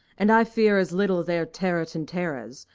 and i fear as little their taratantaras,